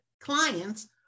clients